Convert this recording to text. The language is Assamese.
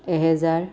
এহেজাৰ